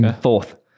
Fourth